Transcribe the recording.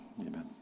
amen